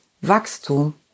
Wachstum